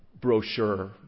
brochure